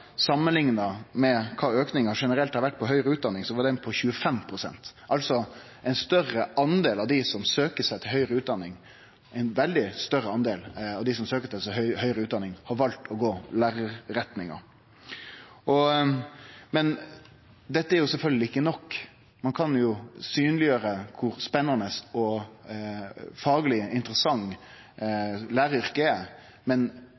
har auken generelt på høgre utdanning vore på 25 pst. Altså har ein større del – ein veldig større del – av dei som søkjer seg til høgre utdanning, valt å gå lærarretninga. Men dette er sjølvsagt ikkje nok. Ein kan jo synleggjere kor spennande og fagleg interessant læraryrket er, men